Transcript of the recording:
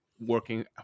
working